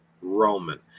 roman